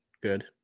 Good